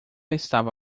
estava